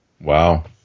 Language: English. Wow